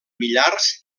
millars